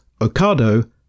Ocado